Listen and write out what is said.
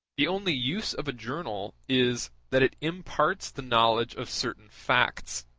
the only use of a journal is, that it imparts the knowledge of certain facts,